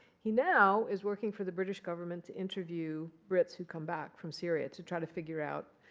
he now is working for the british government to interview brits who come back from syria, to try to figure out,